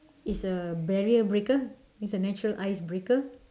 is a barrier breaker is a natural ice breaker